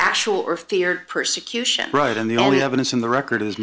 actual or fear persecution right and the only evidence in the record